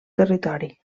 territori